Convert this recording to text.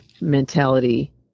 mentality